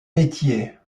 métiers